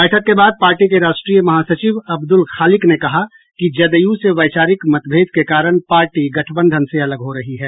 बैठक के बाद पार्टी के राष्ट्रीय महासचिव अब्दुल खालिक ने कहा कि जदयू से वैचारिक मतभेद के कारण पार्टी गठबंधन से अलग हो रही है